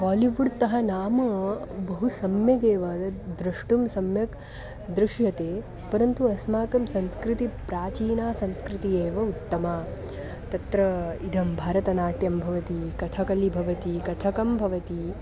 बालिवुड्तः नाम बहु सम्यगेव द्रष्टुं सम्यक् दृश्यते परन्तु अस्माकं संस्कृतिः प्राचीना संस्कृतिः एव उत्तमा तत्र इदं भतरनाट्यं भवति कथकलि भवति कथकं भवति